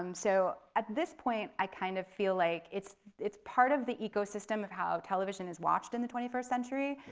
um so at this point i kind of feel like it's it's part of the ecosystem of how television is watched in the twenty first century.